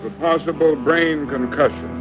possible brain concussion